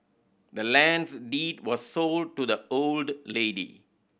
the land's deed was sold to the old lady